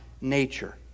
nature